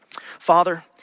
Father